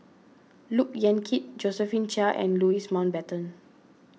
Look Yan Kit Josephine Chia and Louis Mountbatten